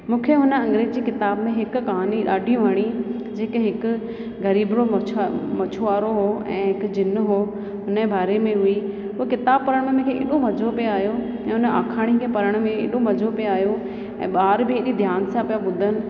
मूंखे हुन अग्रेंज़ी किताब में हिकु कहाणी ॾाढी वणी जेके हिकु ग़रीबु मछु मछुआरो हो ऐं हिकु जिन्न हो हुनजे बारे में हुई हुअ किताबु पढ़ण में मूंखे एॾो मज़ो पिए आयो ऐं हुन आखाणी खे पढ़ण में एॾो मज़ो पिए आयो ऐं ॿारु बि एॾी ध्यान सां पिया ॿुधनि